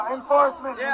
enforcement